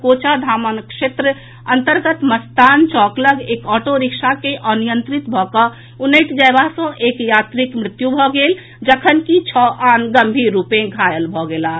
किशनगंज जिलाक कोचाधामन थाना क्षेत्र अन्तर्गत मस्तान चौक लऽग एक ऑटो रिक्श के अनियंत्रित भऽ कऽ उनटि जयबा सँ एक यात्रीक मृत्यु भऽ गेल जखनकि छओ आन गम्भीर रूपे घायल भऽ गेलाह